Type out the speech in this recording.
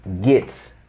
get